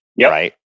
Right